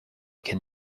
can